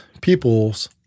peoples